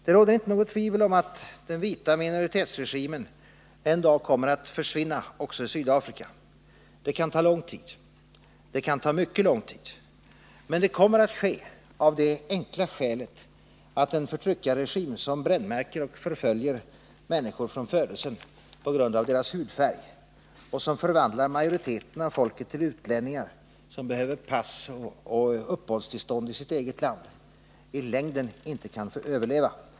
Det råder inte något tvivel om att den vita minoritetsregimen en dag kommer att försvinna också i Sydafrika. Det kan ta lång tid. Det kan ta mycket lång tid, men det kommer att ske av det enkla skälet att en förtryckarregim som brännmärker och förföljer människor från födelsen på grund av deras hudfärg och som förvandlar majoriteten av folket till utlänningar som behöver pass och uppehållstillstånd i sitt eget land i längden inte kan överleva.